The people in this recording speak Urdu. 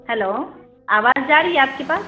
ہیلو آواز جا رہی آپ کے پاس